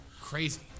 crazy